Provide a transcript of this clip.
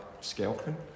scalping